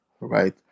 right